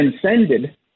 transcended